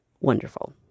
Wonderful